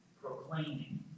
proclaiming